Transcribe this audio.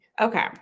okay